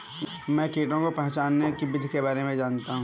मैं कीटों को पहचानने की विधि के बारे में जनता हूँ